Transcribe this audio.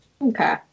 Okay